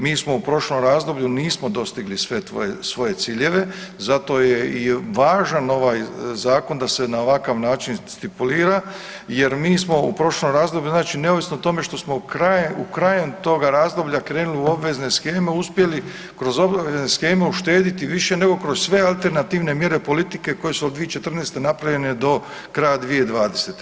Mi smo u prošlom razdoblju nismo dostigli sve svoje ciljeve, zato je i važan ovaj zakon da se na ovakav način stimulira jer mi smo u prošlom razdoblju, znači neovisno o tome što smo krajem toga razdoblja krenuli u obvezne sheme, uspjeli kroz obavezne sheme uštediti nego kroz sve alternativne mjere politike koje su od 2014. napravljene do kraja 2020.